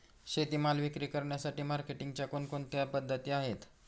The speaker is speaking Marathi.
शेतीमाल विक्री करण्यासाठी मार्केटिंगच्या कोणकोणत्या पद्धती आहेत?